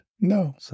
No